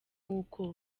uko